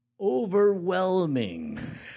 overwhelming